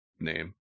name